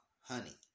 Honey